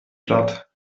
platt